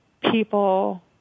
people